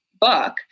book